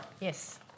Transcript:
Yes